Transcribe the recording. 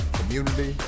community